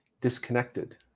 disconnected